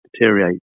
deteriorate